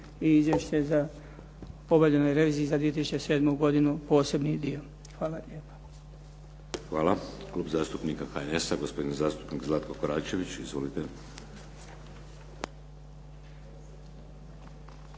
i Izvještaj za obavljenoj reviziji za 2007. godinu, posebni dio. Hvala lijepa. **Bebić, Luka (HDZ)** Hvala. Klub zastupnika HNS-a, gospodin zastupnik Zlatko Koračević. Izvolite.